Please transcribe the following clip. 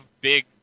big